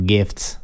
Gifts